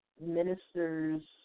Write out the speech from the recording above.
ministers